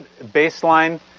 baseline